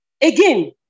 again